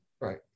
Right